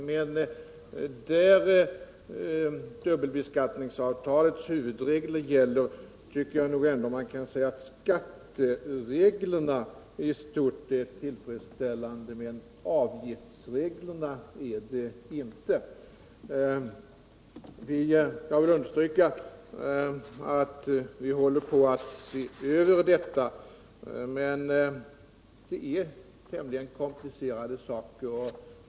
Men i de fall där dubbelbeskattningsavtalets huvudregler gäller tycker jag ändå, att skattereglerna i stort är tillfredsställande medan avgiftsreglerna inte är det. Jag vill understryka att vi håller på att se över detta men att det är tämligen komplicerade saker.